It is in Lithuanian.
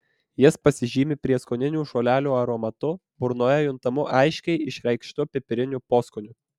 jis pasižymi prieskoninių žolelių aromatu burnoje juntamu aiškiai išreikštu pipiriniu poskoniu